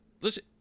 Listen